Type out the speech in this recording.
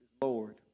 Lord